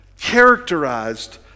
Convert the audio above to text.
characterized